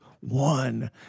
one